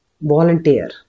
volunteer